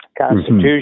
Constitution